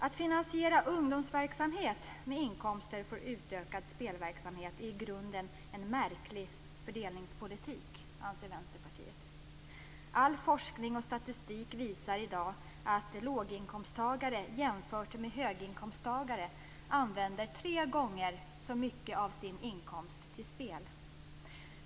Att finansiera ungdomsverksamhet med inkomster för utökad spelverksamhet är i grunden en märklig fördelningspolitik, anser Vänsterpartiet. All forskning och statistik visar i dag att låginkomsttagare jämfört med höginkomsttagare använder tre gånger så mycket av sin inkomst till spel.